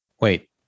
Wait